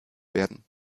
werden